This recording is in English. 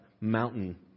mountain